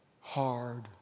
hard